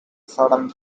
sudden